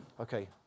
Okay